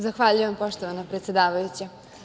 Zahvaljujem poštovana predsedavajuća.